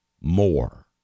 more